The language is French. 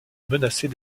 menacées